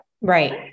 right